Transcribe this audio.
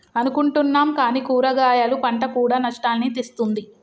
అనుకుంటున్నాం కానీ కూరగాయలు పంట కూడా నష్టాల్ని తెస్తుంది